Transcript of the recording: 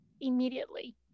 immediately